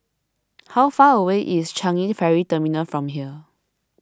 how far away is Changi Ferry Terminal from here